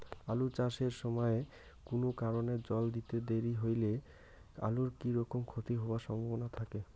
আলু চাষ এর সময় কুনো কারণে জল দিতে দেরি হইলে আলুর কি রকম ক্ষতি হবার সম্ভবনা থাকে?